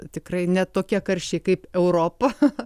tikrai ne tokie karščiai kaip europą